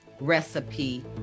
recipe